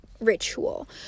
ritual